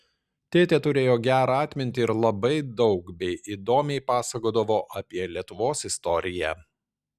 tėtė turėjo gerą atmintį ir labai daug bei įdomiai pasakodavo apie lietuvos istoriją